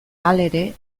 halere